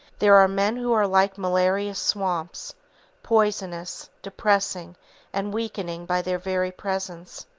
there are men who are like malarious swamps poisonous, depressing and weakening by their very presence.